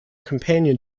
companion